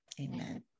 Amen